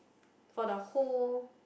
for the whole